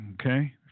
Okay